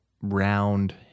round